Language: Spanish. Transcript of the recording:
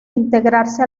integrarse